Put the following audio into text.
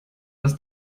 dass